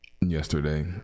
yesterday